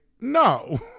no